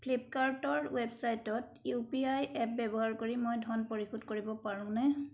ফ্লিপকাৰ্টৰ ৱেবছাইটত UPI app আই এপ ব্যৱহাৰ কৰি মই ধন পৰিশোধ কৰিব পাৰোঁনে